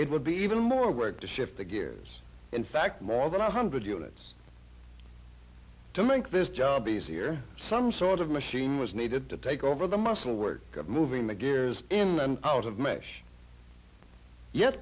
it would be even more work to shift the gears in fact more than one hundred units to make this job easier some sort of machine was needed to take over the muscle work of moving the gears in and out of mesh yet